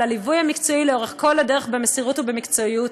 על הליווי המקצועי לאורך כל הדרך במסירות ובמקצועיות,